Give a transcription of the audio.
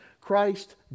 Christ